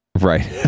Right